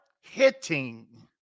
hitting